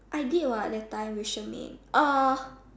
I did what that time with Shermaine uh